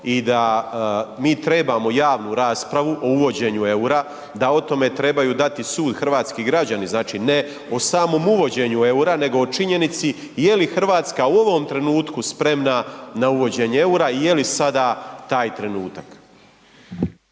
i da mi trebamo javnu raspravu o uvođenju EUR-a, da o tome trebaju dati sud hrvatski građani, znači ne o samom uvođenju EUR-a, nego o činjenici je li RH u ovom trenutku spremna na uvođenje EUR-a, je li sada taj trenutak.